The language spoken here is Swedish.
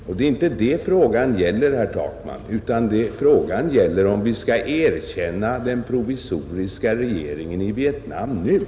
Men det är inte det frågan gäller, herr Takman, utan den gäller om vi skall erkänna — Nr 79 den provisoriska regeringen i Vietnam nu.